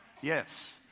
Yes